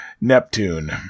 Neptune